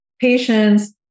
Patients